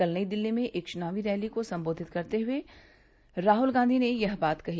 कल नई दिल्ली में एक च्नावी रैली को संबोधित करते हए राहल गांधी ने यह बात कही